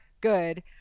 good